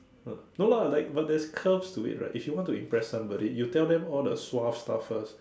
ah no lah like but there's curves to it right if you want to impress somebody you tell them all the suave stuff first